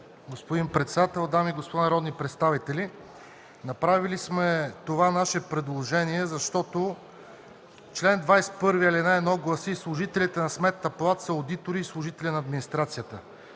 Господин председател, дами и господа народни представители! Направили сме това наше предложение, защото чл. 21, ал. 1 гласи: „Служители на Сметната палата са одиторите и служителите на администрацията”.